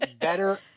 better